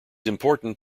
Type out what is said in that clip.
important